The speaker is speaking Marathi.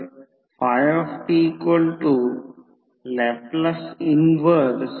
तर याचा अर्थ V1 V2 K म्हणून V2 V1 K म्हणून 240 8 तर V2 30V असेल